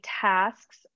tasks